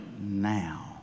now